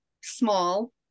small